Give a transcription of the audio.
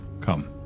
Come